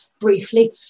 briefly